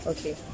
Okay